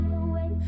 away